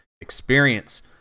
experience